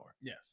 Yes